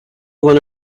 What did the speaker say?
one